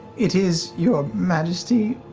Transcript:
it is, your majesty,